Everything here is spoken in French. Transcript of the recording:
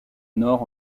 nord